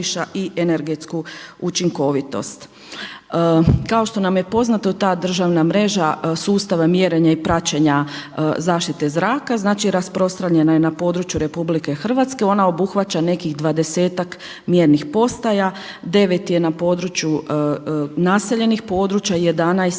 i energetsku učinkovitost. Kao što nam je poznato ta državna mreža sustava mjerenja i praćenja zaštite zraka rasprostranjena je na području RH, ona obuhvaća nekih dvadesetak mjernih postaja, 9 je na području naseljenih područja,